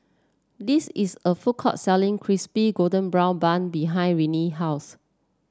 this is a food court selling Crispy Golden Brown Bun behind Nanie's house